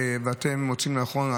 ואתם מוצאים לנכון,